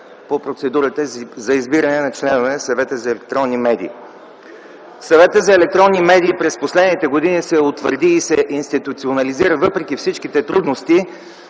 по процедурата за избиране на членове на Съвета за електронни медии. Съветът за електронни медии през последните години се утвърди и се институционализира, въпреки всичките трудности,